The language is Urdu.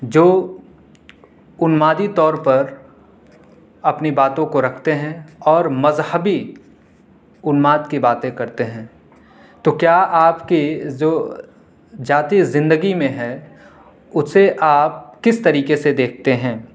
جو انمادی طور پر اپنی باتوں کو رکھتے ہیں اور مذہبی انماد کی باتیں کرتے ہیں تو کیا آپ کی جو ذاتی زندگی میں ہے اسے آپ کس طریقے سے دیکھتے ہیں